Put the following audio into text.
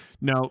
now